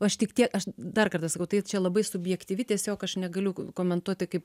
aš tik aš dar kartą sakau tai čia labai subjektyvi tiesiog aš negaliu komentuoti kaip